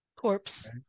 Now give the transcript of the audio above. Corpse